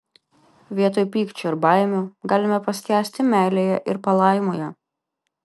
vietoj pykčio ir baimių galime paskęsti meilėje ir palaimoje